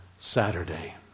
Saturday